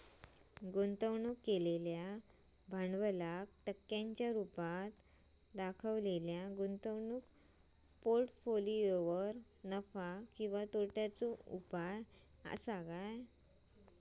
गुंतवणूक केलेल्या भांडवलाक टक्क्यांच्या रुपात देखवलेल्या गुंतवणूक पोर्ट्फोलियोवर नफा किंवा तोट्याचो उपाय असा